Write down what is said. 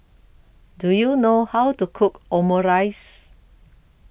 Do YOU know How to Cook Omurice